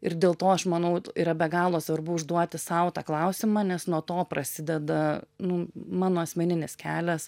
ir dėl to aš manau yra be galo svarbu užduoti sau tą klausimą nes nuo to prasideda nu mano asmeninis kelias